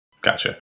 Gotcha